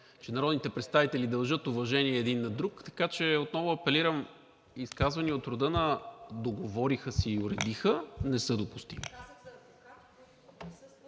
че народните представители дължат уважение един на друг, така че отново апелирам: изказвания от рода на „договориха се и уредиха“ не са допустими